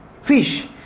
Fish